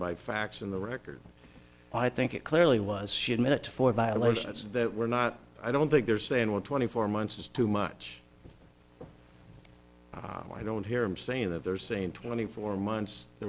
by facts in the record i think it clearly was should minute for violations that were not i don't think they're saying or twenty four months is too much i don't hear him saying that they're saying twenty four months there